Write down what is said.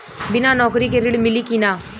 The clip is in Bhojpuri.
बिना नौकरी के ऋण मिली कि ना?